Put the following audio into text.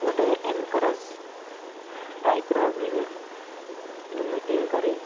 ଗୋଟେ ଏନ୍କରେଜ୍ ଟାଇପ୍ର video meeting କରି